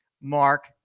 Mark